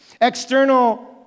External